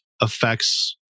affects